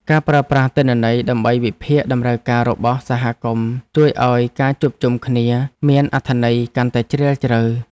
ការប្រើប្រាស់ទិន្នន័យដើម្បីវិភាគតម្រូវការរបស់សហគមន៍ជួយឱ្យការជួបជុំគ្នាមានអត្ថន័យកាន់តែជ្រាលជ្រៅ។